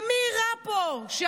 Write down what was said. למי רע פה?